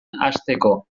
hasteko